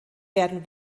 werden